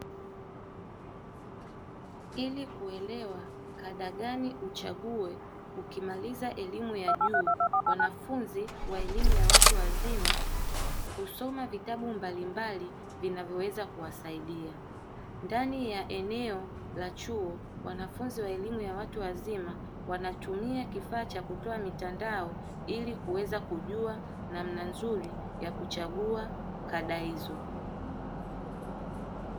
Ilikuelewa kada gani uchague ukimaliza elimu ya juu, wanafunzi wa elimu ya watu wazima husoma vitabu mbalimbali vinavyoweza kuwasaidia. Ndani ya eneo la chuo, wanafunzi wa elimu ya watu wazima wanatumia kifaa cha kutoa mitandao ili kuweza kujua namna nzuri ya kuchagua kada hizo.